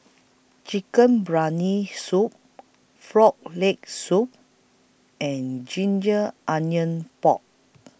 Chicken Briyani Soup Frog Leg Soup and Ginger Onions Pork